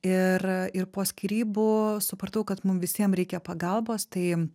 ir ir po skyrybų supratau kad mum visiem reikia pagalbos tai